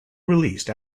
released